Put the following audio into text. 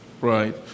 right